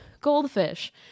goldfish